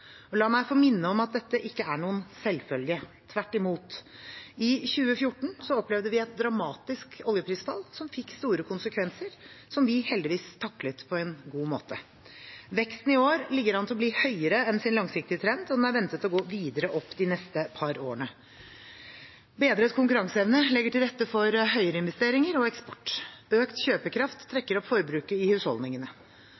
god. La meg få minne om at dette ikke er noen selvfølge – tvert imot. I 2014 opplevde vi et dramatisk oljeprisfall som fikk store konsekvenser – som vi heldigvis taklet på en god måte. Veksten i år ligger an til å bli høyere enn sin langsiktige trend, og den er ventet å gå videre opp de neste par årene. Bedret konkurranseevne legger til rette for høyere investeringer og eksport. Økt kjøpekraft